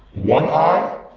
one eye,